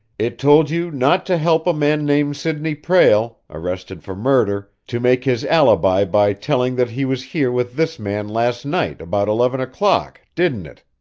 it told you not to help a man named sidney prale, arrested for murder, to make his alibi by telling that he was here with this man last night about eleven o'clock, didn't it?